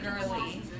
girly